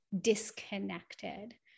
disconnected